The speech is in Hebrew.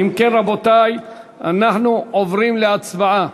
אם כן, רבותי, אנחנו עוברים להצבעה.